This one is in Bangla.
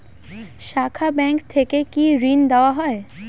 শাখা ব্যাংক থেকে কি ঋণ দেওয়া হয়?